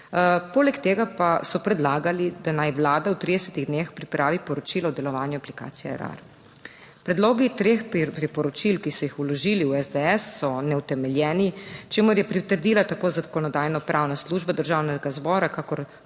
Poleg tega pa so predlagali, da naj Vlada v 30 dneh pripravi poročilo o delovanju aplikacije Erar. Predlogi treh priporočil, ki so jih vložili v SDS, so neutemeljeni, čemur je pritrdila tako Zakonodajno-pravna služba Državnega zbora kakor